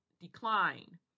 decline